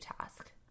task